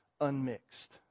unmixed